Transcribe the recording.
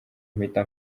mpita